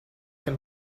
can